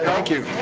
thank you.